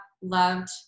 loved